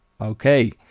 Okay